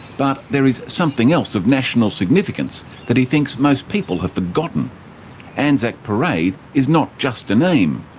but there is something else of national significance that he thinks most people have forgotten anzac parade is not just a name,